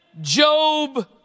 Job